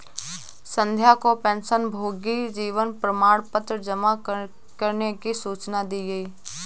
संध्या को पेंशनभोगी जीवन प्रमाण पत्र जमा करने की सूचना दी गई